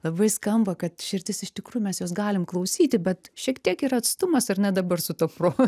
labai skamba kad širdis iš tikrųjų mes jos galim klausyti bet šiek tiek yra atstumas ar ne dabar su tuo pro